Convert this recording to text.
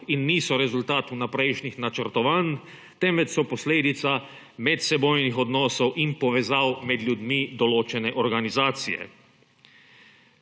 in niso rezultat vnaprejšnjih načrtovanj, temveč so posledica medsebojnih odnosov in povezav med ljudmi določene organizacije.